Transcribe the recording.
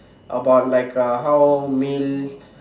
about like uh how male